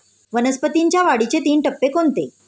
वनस्पतींच्या वाढीचे तीन टप्पे कोणते?